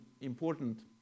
important